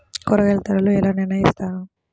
కూరగాయల ధరలు ఎలా నిర్ణయిస్తారు?